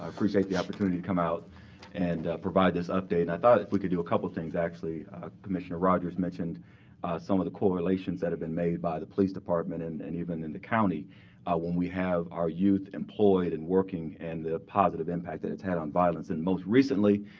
i appreciate the opportunity to come out and provide this update. and i thought if we could do a couple of things, actually commissioner rodgers mentioned some of the correlations that have been made by the police department and and even in the county when we have our youth employed and working and the positive impact that it's had on violence. and most recently,